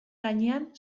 gainean